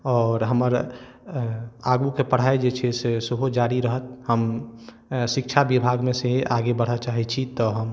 आओर हमर आगूके पढ़ाइ जे छै से सेहो जारी रहत हम शिक्षा विभागमे से ही आगे बढ़ऽ चाहे छी तऽ हम